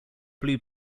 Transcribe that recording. blue